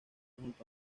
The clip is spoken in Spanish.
junto